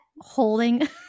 holding